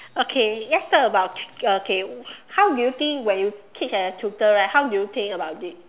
okay let's talk about okay how do you think when you teach at the tutor right how do you think about it